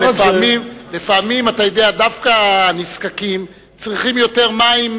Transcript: אבל לפעמים דווקא נזקקים צריכים יותר מים,